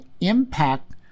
impact